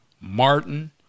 Martin